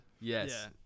Yes